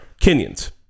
Kenyans